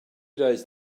days